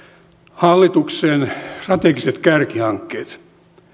hallituksen strategiset kärkihankkeet